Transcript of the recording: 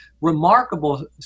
remarkable